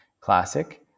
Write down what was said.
classic